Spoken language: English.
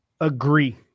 agree